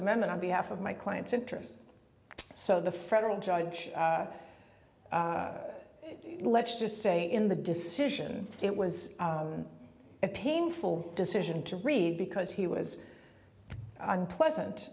amendment on behalf of my client's interests so the federal judge let's just say in the decision it was a painful decision to read because he was unpleasant